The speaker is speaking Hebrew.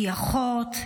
היא אחות,